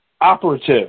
operative